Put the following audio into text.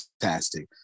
fantastic